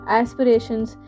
aspirations